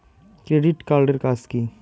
Credit card এর কাজ কি?